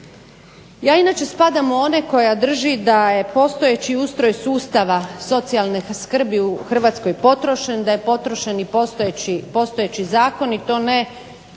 Ja inače spadam u one koja drži da je postojeći ustroj sustava socijalne skrbi u Hrvatskoj potrošen, da je potrošen i postojeći zakon i to ne